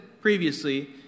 previously